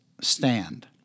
stand